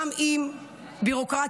אלא גם עם ביורוקרטיות,